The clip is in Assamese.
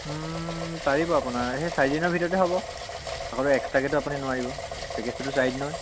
পাৰিব আপোনাৰ সেই চাৰিদিনৰ ভিতৰতে হ'ব আকৌতো এক্সট্ৰাকেতো আপুনি নোৱাৰিব পেকেজটোতো চাৰিদিনৰ